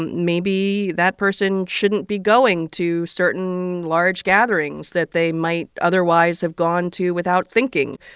maybe that person shouldn't be going to certain large gatherings that they might otherwise have gone to without thinking.